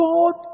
God